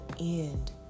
end